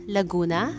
Laguna